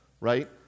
right